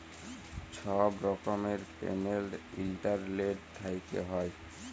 ছব রকমের payment internet থ্যাইকে হ্যয়